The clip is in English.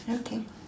okay